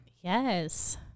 Yes